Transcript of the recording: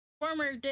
Former